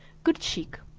good sheik,